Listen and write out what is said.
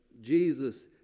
Jesus